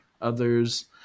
others